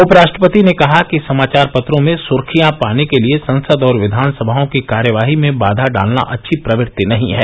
उप राष्ट्रपति ने कहा कि समाचार पत्रों में सुर्खियां पाने के लिए संसद और विधानसभाओं की कार्यवाही में बाधा डालना अच्छी प्रवृत्ति नहीं है